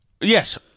Yes